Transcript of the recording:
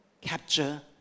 capture